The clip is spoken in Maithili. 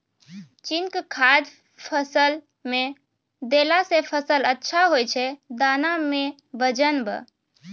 जिंक खाद फ़सल मे देला से फ़सल अच्छा होय छै दाना मे वजन ब